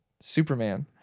Superman